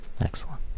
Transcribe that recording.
excellent